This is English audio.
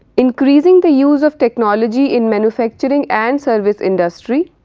increasing the use of technology in manufacturing and service industry,